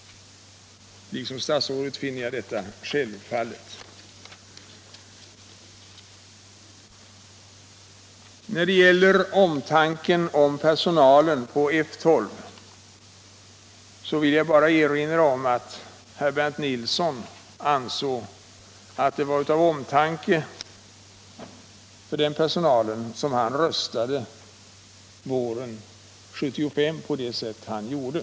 Liksom statsrådet finner jag detta självklart. När det gäller personalen på F 12 vill jag bara erinra om att herr Bernt Nilsson ansåg att det var av omtanke om denna personal som han röstade på det sätt han gjorde våren 1975.